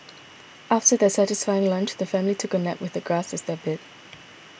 after their satisfying lunch the family took a nap with the grass as their bed